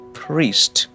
priest